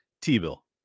T-bill